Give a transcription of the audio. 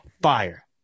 fire